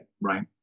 right